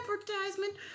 advertisement